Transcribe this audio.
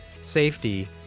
safety